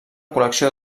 col·lecció